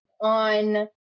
on